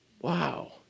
Wow